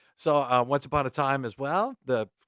saw once upon a time as well. the